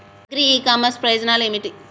Agri e commerce ప్రయోజనాలు ఏమిటి?